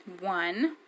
one